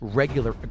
regular